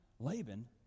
Laban